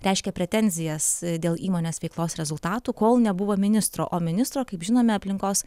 reiškė pretenzijas dėl įmonės veiklos rezultatų kol nebuvo ministro o ministro kaip žinome aplinkos